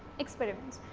experiments.